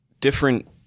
different